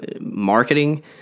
marketing